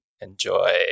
enjoy